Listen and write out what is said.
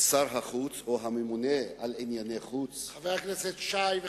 שר החוץ, או הממונה על ענייני חוץ, השר